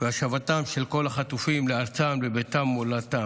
ולהשבתם של כל החטופים לארצם, לביתם ולמולדתם.